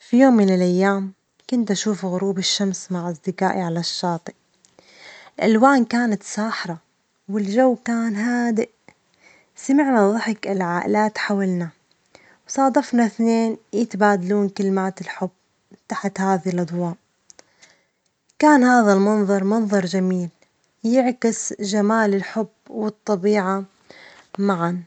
في يوم من الأيام كنت أشوف غروب الشمس مع أصدجائي على الشاطئ، الألوان كانت ساحرة والجو كان هادئ، سمعنا ضحك العائلات حولنا، وصادفنا اثنين يتبادلون كلمات الحب تحت هذه الأضواء، كان هذا المنظر منظرً جميل يعكس جمال الحب و الطبيعة معاً.